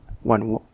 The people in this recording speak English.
one